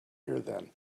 here